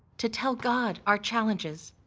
to tell god our challenges.